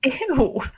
Ew